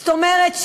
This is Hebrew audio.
זאת אומרת,